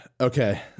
Okay